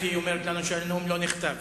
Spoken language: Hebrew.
היא אומרת לנו שהנאום לא נכתב.